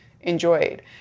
enjoyed